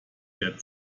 der